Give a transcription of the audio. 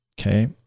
Okay